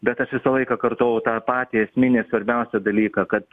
bet aš visą laiką kartojau tą patį esminį svarbiausią dalyką kad